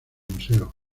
museo